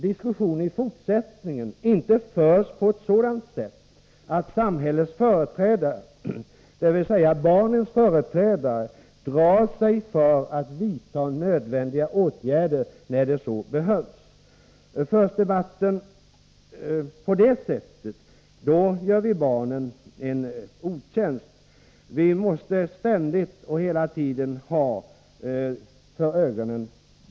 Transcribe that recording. Diskussionen bör framdeles inte föras på ett sådant sätt att samhällets företrädare, dvs. barnens företrädare, drar sig för att vidta nödvändiga åtgärder. Förs debatten på det sättet gör vi barnen en otjänst. Vi måste ständigt ha barnens bästa för ögonen.